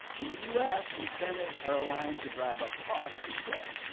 in the u s. incentives are aligned to drive up costs he said.